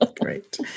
great